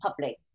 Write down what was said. public